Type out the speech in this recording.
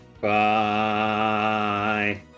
Bye